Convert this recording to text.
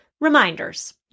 reminders